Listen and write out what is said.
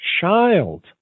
child